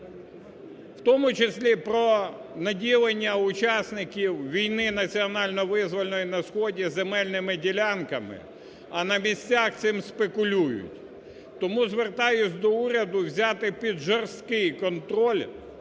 в тому числі про наділення учасників війни, національно-визвольної на сході земельними ділянками, а на місцях цим спекулюють. Тому звертаюсь до уряду взяти під жорсткий контроль